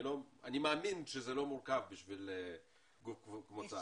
אני מאמין שזה לא מורכב בשביל גוף כמו צה"ל.